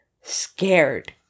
scared